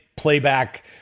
playback